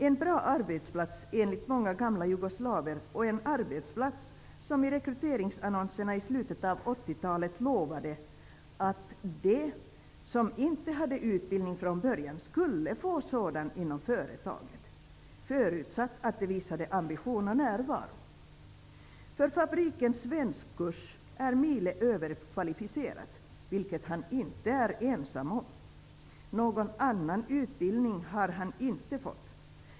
En bra arbetsplats enligt många gamla jugoslaver och en arbetsplats som i rekryteringsannonserna i slutet av 80-talet lovade, att de som inte hade utbildning från början skulle få sådan inom företaget, förutsatt att de visade ambition och närvaro. För Fabrikens svenskkurs är Mile överkvalificerad -- vilket han inte är ensam om. Någon annan utbildning har han inte fått.